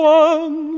one